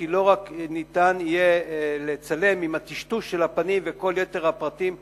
כי לא רק ניתן יהיה לצמצם עם הטשטוש של הפנים וכל יתר הפרטים החסרים,